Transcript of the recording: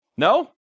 No